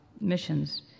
missions